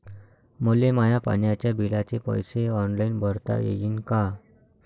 मले माया पाण्याच्या बिलाचे पैसे ऑनलाईन भरता येईन का?